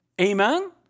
Amen